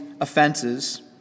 offenses